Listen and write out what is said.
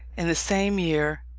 in the same year,